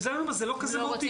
לכן אני אומר שזה לא כזה מהותי.